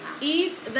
eat